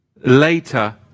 later